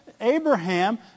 Abraham